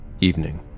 Evening